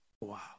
Wow